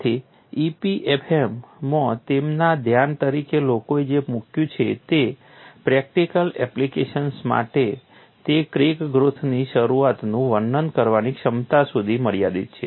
તેથી EPFM માં તેમના ધ્યાન તરીકે લોકોએ જે મૂક્યું છે તે પ્રેક્ટિકલ એપ્લિકેશન્સ માટે તે ક્રેક ગ્રોથની શરૂઆતનું વર્ણન કરવાની ક્ષમતા સુધી મર્યાદિત છે